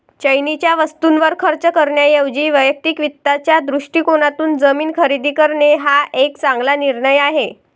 चैनीच्या वस्तूंवर खर्च करण्याऐवजी वैयक्तिक वित्ताच्या दृष्टिकोनातून जमीन खरेदी करणे हा एक चांगला निर्णय आहे